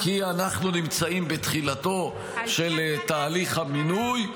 -- כי אנחנו נמצאים בתחילתו של תהליך המינוי,